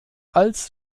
als